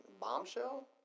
bombshell